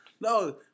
No